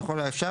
ככל האפשר,